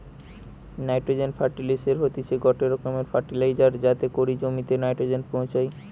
nitrogen ফার্টিলিসের হতিছে গটে রকমের ফার্টিলাইজার যাতে করি জমিতে নাইট্রোজেন পৌঁছায়